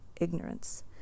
ignorance